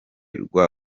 rwa